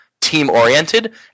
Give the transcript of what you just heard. team-oriented